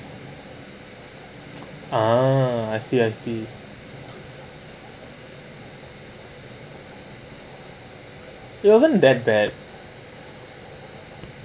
ah I see I see it wasn't that bad